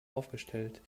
aufgestellt